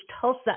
Tulsa